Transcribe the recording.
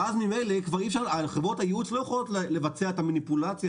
ואז ממילא חברות הייעוץ לא יכולות לבצע את המניפולציה